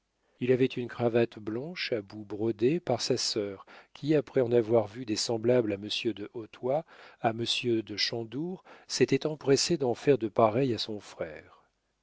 il avait une cravate blanche à bouts brodés par sa sœur qui après en avoir vu de semblables à monsieur de hautoy à monsieur de chandour s'était empressée d'en faire de pareilles à son frère